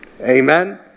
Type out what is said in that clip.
Amen